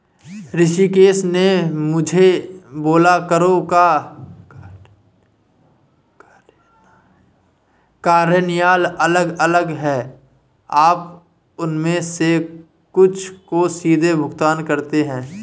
ऋषिकेश ने मुझसे बोला करों का कार्यान्वयन अलग अलग है आप उनमें से कुछ को सीधे भुगतान करते हैं